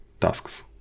tasks